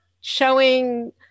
showing